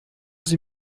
sie